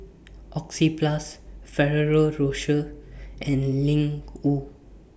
Oxyplus Ferrero Rocher and Ling Wu